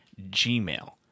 gmail